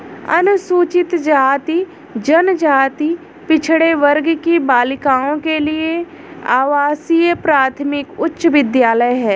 अनुसूचित जाति जनजाति पिछड़े वर्ग की बालिकाओं के लिए आवासीय प्राथमिक उच्च विद्यालय है